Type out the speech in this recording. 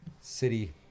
city